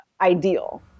ideal